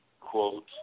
Quote